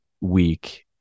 week